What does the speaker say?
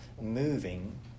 moving